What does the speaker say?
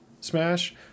Smash